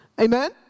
Amen